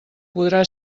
podrà